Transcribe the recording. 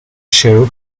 show